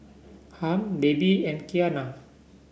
Harm Baby and Keanna